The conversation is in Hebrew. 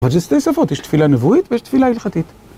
אבל זה שתי שפות, יש תפילה נבואית ויש תפילה הלכתית.